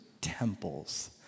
temples